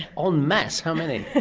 um masse! how many?